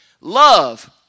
Love